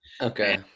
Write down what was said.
Okay